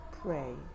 Pray